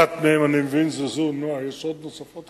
אחת מהן אני מבין זו זו, יש עוד כאלה?